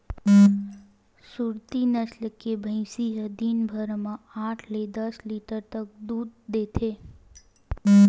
सुरती नसल के भइसी ह दिन भर म आठ ले दस लीटर तक दूद देथे